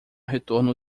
retorno